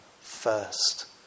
first